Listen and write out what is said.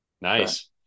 Nice